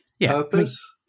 purpose